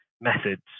methods